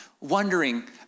wondering